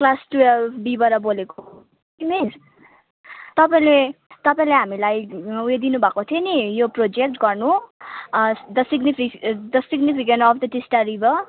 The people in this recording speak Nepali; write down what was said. क्लास टुवेल्भ बीबाट बोलेको हो कि मिस तपाईँले तपाईँले हामीलाई ऊ यो दिनुभएको थियो नि यो प्रोजेक्ट गर्नु the significant the significant of the Teesta river